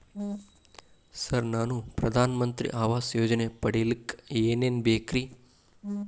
Sir ನಾನು ಪ್ರಧಾನ ಮಂತ್ರಿ ಆವಾಸ್ ಯೋಜನೆ ಪಡಿಯಲ್ಲಿಕ್ಕ್ ಏನ್ ಏನ್ ಬೇಕ್ರಿ?